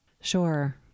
sure